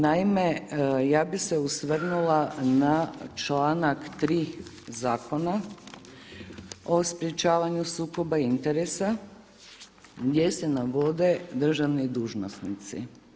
Naime, ja bih se osvrnula na članak 3. Zakona o sprečavanju sukoba interesa gdje se navode državni dužnosnici.